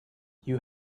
you